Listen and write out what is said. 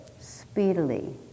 speedily